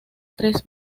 tres